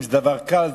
אם זה דבר קל,